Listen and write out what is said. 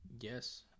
yes